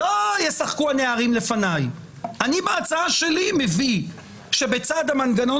לא ישחקו הנערים לפניי אלא אני בהצעה שלי מביא כאשר בצד המנגנן